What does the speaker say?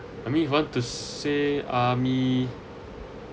I mean if you want to say army